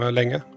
länge